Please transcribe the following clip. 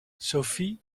sophie